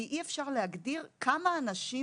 כי אי-אפשר להגדיר כמה אנשים